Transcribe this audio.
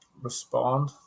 respond